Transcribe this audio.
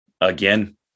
Again